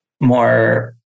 more